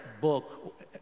book